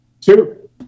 Two